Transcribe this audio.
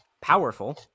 powerful